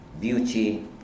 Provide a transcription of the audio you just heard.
beauty